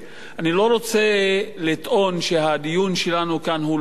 אני לא רוצה לטעון שהדיון שלנו כאן הוא לא חשוב,